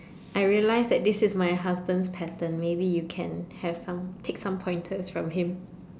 I realise that this is my husband pattern maybe you can have some pick some pointers from him